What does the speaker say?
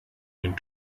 den